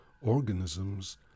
organisms